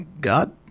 God